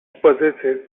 possesses